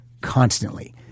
constantly